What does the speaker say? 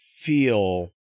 feel